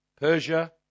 Persia